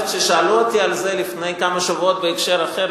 כששאלו אותי על זה לפני כמה שבועות בהקשר אחר,